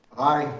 aye.